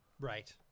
Right